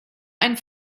ein